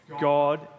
God